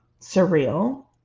surreal